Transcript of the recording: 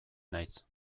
naiz